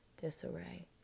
disarray